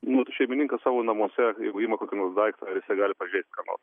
nu tai šeimininkas savo namuose jeigu ima kokį nors daiktą ir jisai gali pažeist ką nors